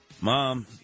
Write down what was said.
Mom